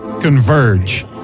Converge